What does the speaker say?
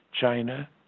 China